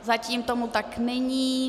Zatím tomu tak není.